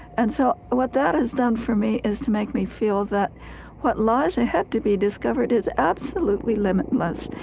and so what that has done for me is to make me feel that what lies ahead to be discovered is absolutely limitless.